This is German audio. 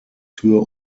tür